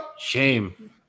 Shame